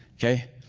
okay?